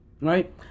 right